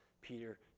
Peter